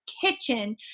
kitchen